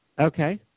Okay